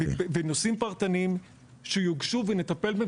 ובנושאים פרטניים שיוגשו נטפל בהם.